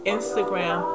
Instagram